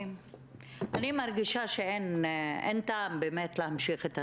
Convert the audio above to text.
אני מרגישה שאין טעם באמת להמשיך את הדיון.